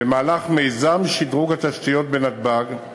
במהלך מיזם שדרוג התשתיות בנתב"ג,